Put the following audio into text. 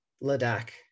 Ladakh